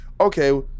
Okay